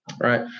Right